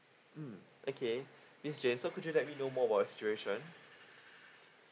mm okay miss jane so could you let me know more about your situation